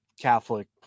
Catholic